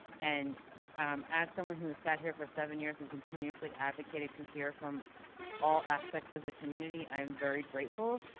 and um as someone who has sat here for seven years and continuously advocated to hear from all aspects of the community, i'm very grateful.